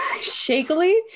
shakily